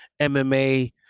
MMA